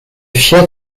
fiat